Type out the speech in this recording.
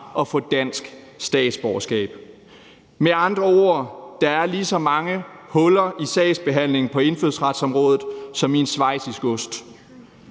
at få dansk statsborgerskab. Med andre ord er der lige så mange huller i sagsbehandlingen på indfødsretsområdet som i en schweizisk ost.